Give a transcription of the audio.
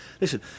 Listen